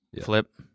Flip